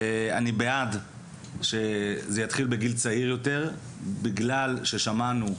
אני בעד שזה יתחיל בגיל צעיר יותר, בגלל ששמענו,